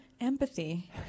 empathy